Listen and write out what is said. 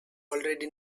already